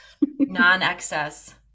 non-excess